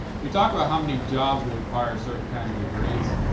we talk about how many jobs will require certain kinds of degrees.